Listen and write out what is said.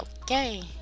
okay